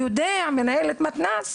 מנהלת מתנ״ס,